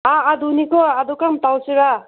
ꯑꯥ ꯑꯗꯨꯅꯤꯀꯣ ꯑꯗꯨ ꯀꯔꯝ ꯇꯧꯁꯤꯔꯥ